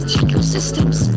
ecosystems